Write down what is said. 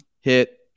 hit